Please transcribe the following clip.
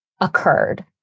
occurred